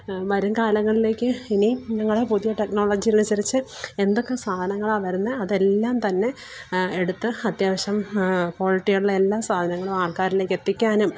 വരും കാലങ്ങളിലേക്ക് ഇനി ഞങ്ങള് പുതിയ ടെക്നോളജികള് അനുസരിച്ച് എന്തൊക്കെ സാധനങ്ങളാണ് വരുന്നേ അതെല്ലാം തന്നെ എടുത്ത് അത്യാവശ്യം ക്വാളിറ്റിയുള്ള എല്ലാ സാധനങ്ങളും ആൾക്കാരിലേക്ക് എത്തിക്കാനും